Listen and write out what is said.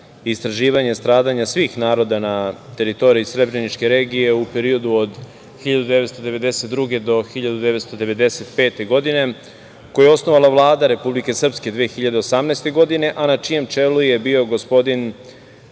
istraživanje stradanja svih naroda na teritoriji srebreničke regije u periodu od 1992. do 1995. godine, koju je osnovala Vlada Republike Srpske 2018. godine, a na čijem čelu je bio gospodin